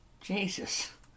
Jesus